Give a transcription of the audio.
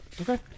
Okay